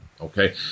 okay